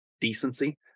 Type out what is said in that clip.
decency